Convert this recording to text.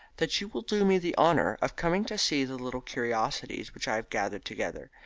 that you will do me the honour of coming to see the little curiosities which i have gathered together.